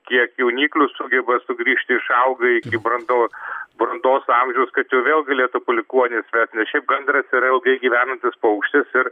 kiek jauniklių sugeba sugrįžti išauga iki brandos brandos amžiaus kad jau vėl galėtų palikuonys nes šiaip gandras yra ilgai gyvenantis paukštis ir